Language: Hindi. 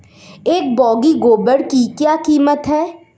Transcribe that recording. एक बोगी गोबर की क्या कीमत है?